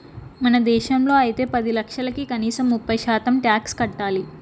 మన దేశంలో అయితే పది లక్షలకి కనీసం ముప్పై శాతం టాక్స్ కట్టాలి